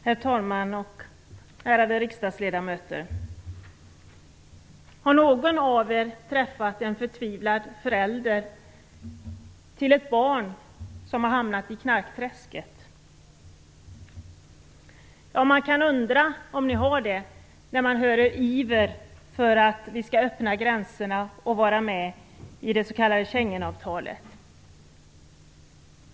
Herr talman! Ärade riksdagsledamöter! Har någon av er träffat en förtvivlad förälder till ett barn som har hamnat i knarkträsket? Man kan undra om ni har det när man hör er iver för att vi skall öppna gränserna och vara med i det s.k. Schengenavtalet.